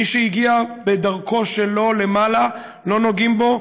מי שהגיע בדרכו שלו למעלה, לא נוגעים בו.